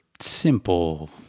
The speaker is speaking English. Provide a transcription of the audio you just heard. simple